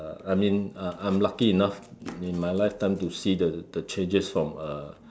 I mean uh I'm lucky enough in my lifetime to see the the changes from a